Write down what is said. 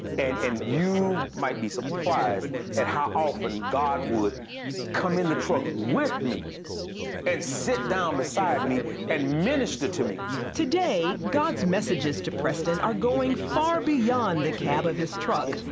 and and you might be surprised at how often god would come in the truck with me and sit down beside me and administer to me. charlene today god's messages to preston are going far beyond the cab of his truck.